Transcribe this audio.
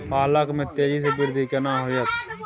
पालक में तेजी स वृद्धि केना होयत?